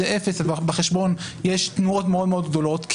אפס ובחשבון יש תנועות מאוד-מאוד גדולות,